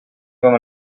vam